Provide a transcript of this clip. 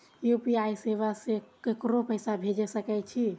UPI सेवा से ककरो पैसा भेज सके छी?